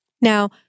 Now